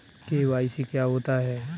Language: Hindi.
के.वाई.सी क्या होता है?